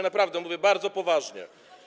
Naprawdę mówię bardzo poważnie.